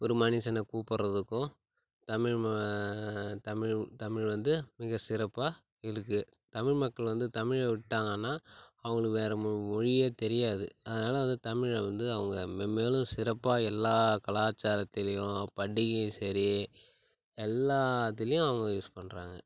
ஒரு மனுசனை கூப்பிட்றதுக்கும் தமிழ் தமிழ் தமிழ் வந்து மிக சிறப்பாக இருக்குது தமிழ் மக்கள் வந்து தமிழை விட்டாங்கனால் அவங்களுக்கு வேற மொழியே தெரியாது அதனால் அது தமிழை வந்து அவங்க மென்மேலும் சிறப்பாக எல்லா கலாச்சாரத்திலையும் பண்டிகை சரி எல்லாத்திலையும் அவங்க யூஸ் பண்ணுறாங்க